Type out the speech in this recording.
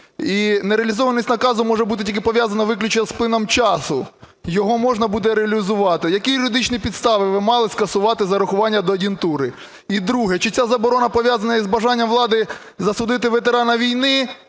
І нереалізованість наказу може бути тільки пов'язане виключно з плином часу, його можна буде реалізувати. Які юридичні підстави ви мали скасувати зарахування до ад'юнктури? І друге. Чи ця заборона пов'язана із бажанням влади засудити ветерана війни,